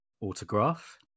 autograph